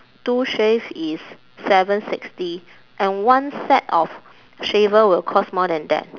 two shave is seven sixty and one set of shaver will cost more than that